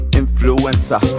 influencer